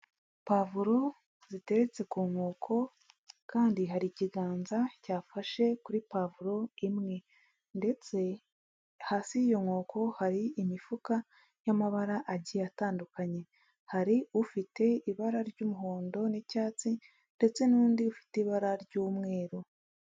Pavuro ziteretse ku nkoko kandi hari ikiganza cyafashe kuri pavuro imwe ndetse hasi y'iyo nkoko, hari imifuka y'amabara agiye atandukanye, hari ufite ibara ry'umuhondo n'icyatsi ndetse n'undi ufite ibara ry'umweru.